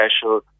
special